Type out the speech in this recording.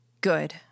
Good